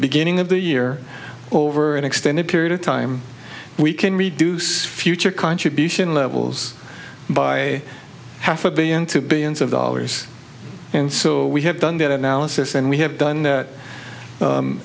beginning of the year over an extended period of time we can reduce future contribution levels by half a billion to billions of dollars and so we have done that analysis and we have done that